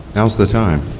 now is the time.